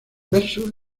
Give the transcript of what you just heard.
verso